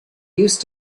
used